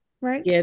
Right